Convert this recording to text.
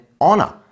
honor